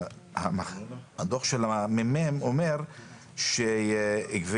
ואפילו הדו"ח של הממ"מ אומר שגביית